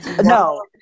No